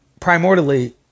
primordially